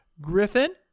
griffin